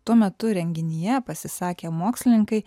tuo metu renginyje pasisakę mokslininkai